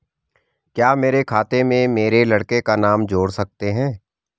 क्या मेरे खाते में मेरे लड़के का नाम जोड़ सकते हैं?